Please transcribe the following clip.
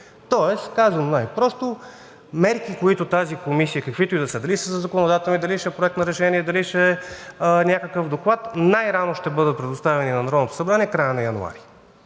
месец. Казано най-просто: мерки, които тази комисия, каквито и да са – дали са законодателни, дали ще е проект на решение, дали ще е някакъв доклад, най-рано ще бъдат предоставени на Народното събрание в края на януари.